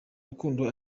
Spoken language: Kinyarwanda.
rukundo